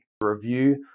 Review